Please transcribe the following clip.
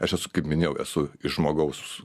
aš esu kaip minėjau esu iš žmogaus